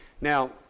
Now